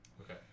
Okay